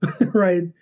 right